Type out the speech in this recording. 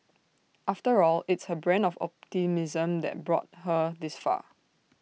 after all it's her brand of optimism that brought her this far